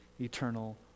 eternal